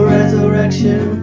resurrection